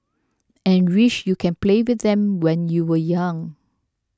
and wish you can play with them when you were young